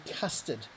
custard